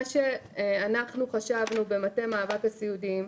מה שאנחנו חשבנו במטה מאבק הסיעודיים,